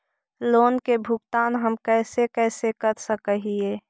Loan के भुगतान हम कैसे कैसे कर सक हिय?